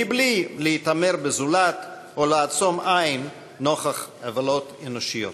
מבלי להתעמר בזולת או לעצום עין נוכח עוולות אנושיות.